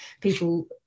people